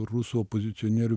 rusų opozicionierių